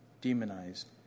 demonized